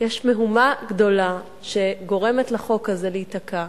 יש מהומה גדולה שגורמת לחוק הזה להיתקע,